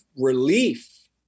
relief